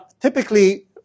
typically